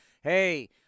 hey